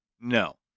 No